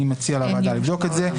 אני מציע לוועדה לבדוק את זה.